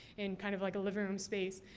and, kind of, like a living room space.